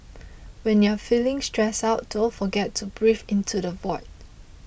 when you are feeling stressed out don't forget to breathe into the void